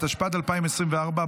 התשפ"ד 2024,